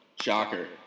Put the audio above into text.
Shocker